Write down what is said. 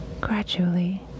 Gradually